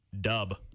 dub